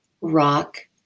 rock